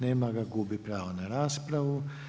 Nema ga, gubi pravo na raspravu.